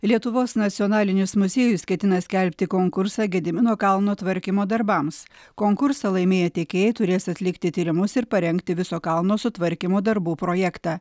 lietuvos nacionalinis muziejus ketina skelbti konkursą gedimino kalno tvarkymo darbams konkursą laimėję tiekėjai turės atlikti tyrimus ir parengti viso kalno sutvarkymo darbų projektą